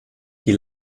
die